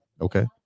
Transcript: Okay